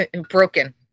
Broken